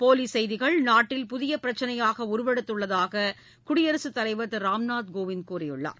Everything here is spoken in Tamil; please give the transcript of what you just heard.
போலி செய்திகள் நாட்டில் புதிய பிரச்சினையாக உருவெடுத்துள்ளதாக குடியரசுத்தலைவர் திரு ராம்நாத் கோவிந்த் கூறியுள்ளார்